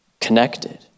connected